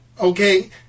okay